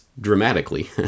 dramatically